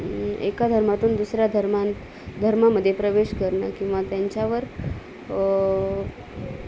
एका धर्मातून दुसऱ्या धर्मात धर्मामधे प्रवेश करणं किंवा त्यांच्यावर